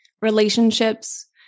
relationships